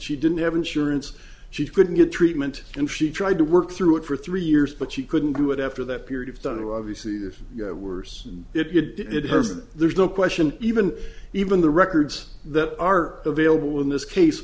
she didn't have insurance she couldn't get treatment and she tried to work through it for three years but she couldn't do it after that period of time to obviously the worse it has been there's no question even even the records that are available in this case